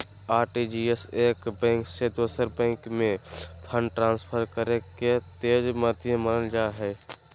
RTGS एक bank से दोसर बैंक में फंड ट्रांसफर करे के तेज माध्यम मानल जा हय